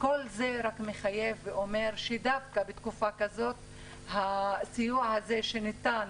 כל זה מחייב לומר שדווקא בתקופה הזאת הסיוע שניתן